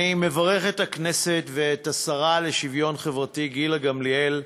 אני מברך את הכנסת ואת השרה לשוויון חברתי גילה גמליאל,